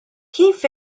kif